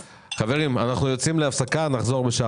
חברים, אנחנו יוצאים להפסקה, נחזור בשעה